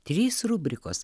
trys rubrikos